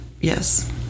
Yes